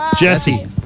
Jesse